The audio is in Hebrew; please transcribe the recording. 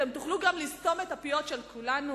אתם תוכלו גם לסתום את הפיות של כולנו?